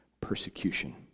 persecution